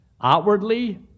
Outwardly